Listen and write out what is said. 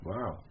Wow